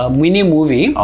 mini-movie